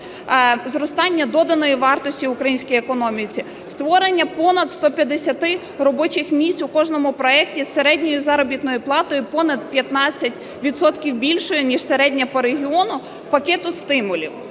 зростання доданої вартості української економіці, створення понад 150 робочих місць у кожному проекті з середньою заробітною платою понад 15 відсотків більшою, ніж середня по регіону, пакету стимулів.